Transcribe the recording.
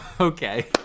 Okay